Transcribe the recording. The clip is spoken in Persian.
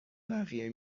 بقیه